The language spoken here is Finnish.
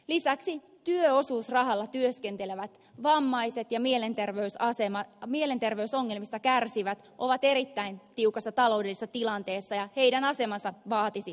lisäksi työosuusrahalla työskentelevät vammaiset ja mielenterveysongelmista kärsivät ovat erittäin tiukassa taloudellisessa tilanteessa ja heidän asemansa vaatisi parannusta